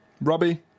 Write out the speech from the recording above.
Robbie